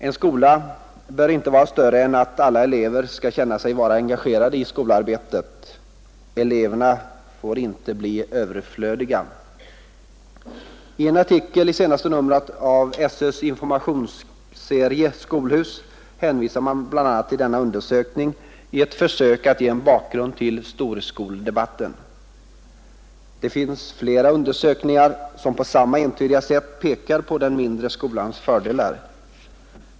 En skola bör inte vara större än att alla elever skall känna sig vara engagerade i skolarbetet. Eleverna får inte bli ”överflödiga”. I en artikel i senaste numret av SÖ:s informationsserie Skolhus hänvisar man bl.a. till denna undersökning i ett försök att ge en bakgrund till storskoldebatten. Det finns fler undersökningar som på samma entydiga sätt pekar på den mindre skolans fördelar.